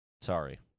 Sorry